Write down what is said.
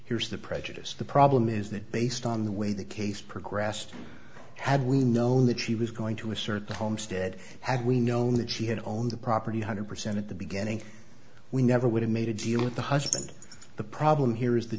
here's the prejudiced the problem is that based on the way the case progressed had we known that she was going to assert the homestead had we known that she had owned the property hundred percent at the beginning we never would have made a deal with the husband the problem here is the